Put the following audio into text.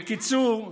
בקיצור,